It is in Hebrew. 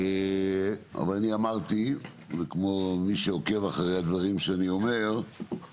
אבל אני אמרתי וכמו מי שעוקב אחרי הדברים שאני אומר,